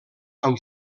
amb